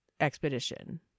expedition